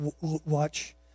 watch